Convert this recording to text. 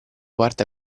parte